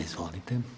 Izvolite.